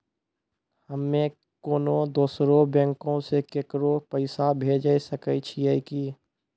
हम्मे कोनो दोसरो बैंको से केकरो पैसा भेजै सकै छियै कि?